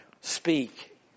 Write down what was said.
speak